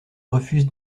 refuse